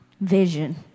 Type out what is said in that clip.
vision